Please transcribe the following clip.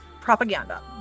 propaganda